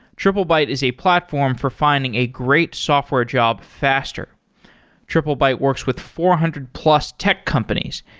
triplebyte is a platform for finding a great software job faster triplebyte works with four hundred plus tech companies,